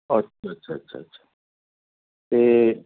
ਅੱਛਾ ਅੱਛਾ ਅੱਛਾ ਅੱਛਾ ਅਤੇ